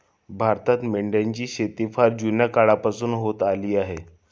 भारतात मेंढ्यांची शेती फार जुन्या काळापासून होत आली आहे